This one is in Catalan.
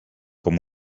com